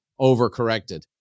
overcorrected